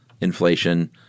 inflation